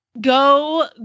go